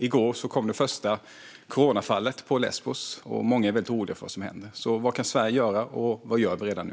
I går kom det första coronafallet på Lesbos, och många är väldigt oroliga för vad som händer. Vad kan Sverige göra, och vad gör vi redan nu?